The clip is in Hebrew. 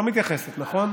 לא מתייחסת, נכון?